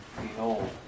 Behold